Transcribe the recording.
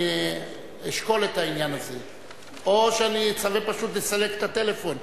אני אשקול את העניין או שאני אצווה פשוט לסלק את הטלפון.